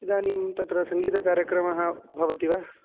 इदानीं तत्र सङ्गीतकार्यक्रमः भवति वा